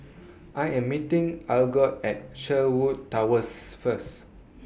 I Am meeting Algot At Sherwood Towers First